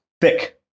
Thick